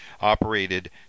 operated